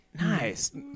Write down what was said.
Nice